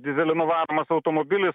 dyzelinu varomas automobilis